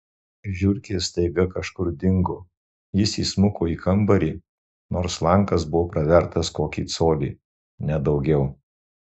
žiurkės staiga kažkur dingo jis įsmuko į kambarį nors langas buvo pravertas kokį colį ne daugiau